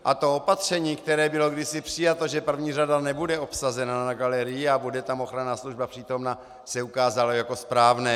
A to opatření, které bylo kdysi přijato, že první řada nebude obsazena na galerii a bude tam ochranná služba přítomna, se ukázalo jako správné.